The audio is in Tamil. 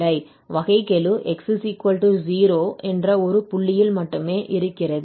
வகைக்கெழு x 0 என்ற ஒரு புள்ளியில் மட்டுமே இருக்கிறது